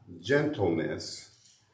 gentleness